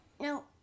no